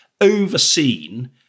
overseen